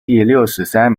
第六十三